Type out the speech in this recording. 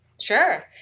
sure